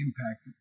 impact